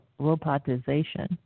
robotization